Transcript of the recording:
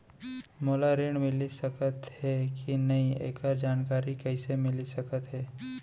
मोला ऋण मिलिस सकत हे कि नई एखर जानकारी कइसे मिलिस सकत हे?